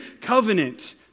covenant